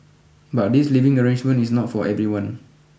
but this living arrangement is not for everyone